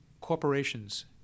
corporations